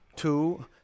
two